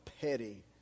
petty